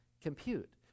compute